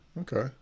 Okay